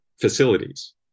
facilities